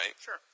Sure